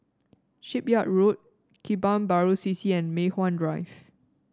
Shipyard Road Kebun Baru C C and Mei Hwan Drive